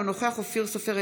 אינו נוכח אופיר סופר,